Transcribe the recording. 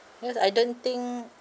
because I don't think